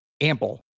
Ample